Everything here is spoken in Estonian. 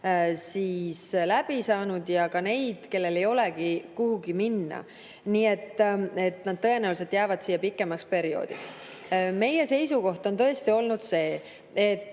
on läbi saanud, kui ka neid, kellel ei olegi kuhugi minna, nii et nad tõenäoliselt jäävad siia pikemaks perioodiks. Meie seisukoht on tõesti olnud see, et